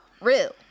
real